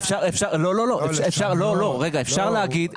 אפשר להגיד.